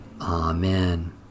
Amen